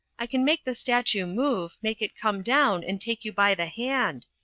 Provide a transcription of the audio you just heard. i can make the statue move, make it come down and take you by the hand.